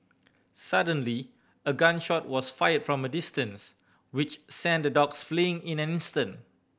suddenly a gun shot was fired from a distance which sent the dogs fleeing in an instant